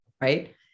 right